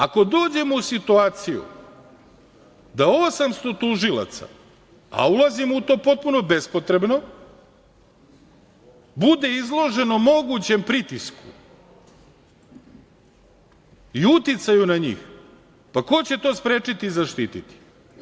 Ako dođemo u situaciju da 800 tužilaca, a ulazimo u to potpuno bespotrebno, bude izloženo mogućem pritisku i uticaju na njih, pa, ko će to sprečiti i zaštiti?